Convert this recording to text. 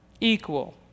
equal